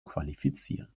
qualifizieren